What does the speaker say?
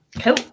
Cool